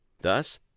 Thus